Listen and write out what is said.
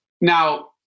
Now